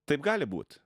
taip gali būt